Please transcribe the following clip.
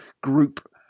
group